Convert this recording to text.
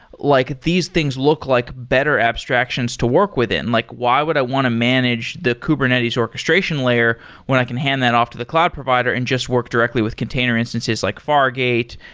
like these things look like better abstractions to work within. like why would i want to manage the kubernetes orchestration layer when i can hand that off to the cloud provider and just work directly with container instances, like fargate,